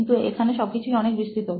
কিন্তু এখানে সবকিছুই অনেক বিস্তৃত